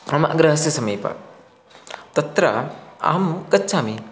मम गृहस्य समीपे तत्र अहं गच्छामि